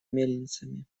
мельницами